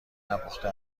نپخته